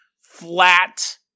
flat